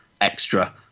extra